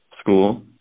School